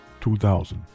2000